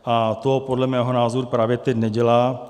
A to podle mého názoru právě teď nedělá.